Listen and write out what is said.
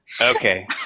Okay